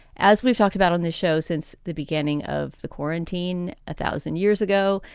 as we've talked about on this show since the beginning of the quarantine a thousand years ago,